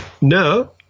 No